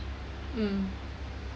mm